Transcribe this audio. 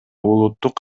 улуттук